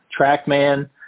trackman